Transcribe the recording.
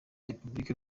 repubulika